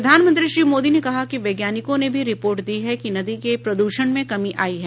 प्रधानमंत्री श्री मोदी ने कहा कि वैज्ञानिकों ने भी रिपोर्ट दी है कि नदी के प्रद्षण में कमी आई है